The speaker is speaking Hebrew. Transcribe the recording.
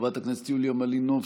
חברת הכנסת יוליה מלינובסקי,